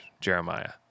Jeremiah